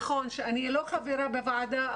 נכון שאני לא חברה בוועדה,